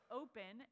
open